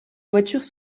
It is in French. voitures